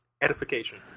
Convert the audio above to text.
Edification